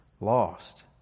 lost